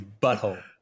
butthole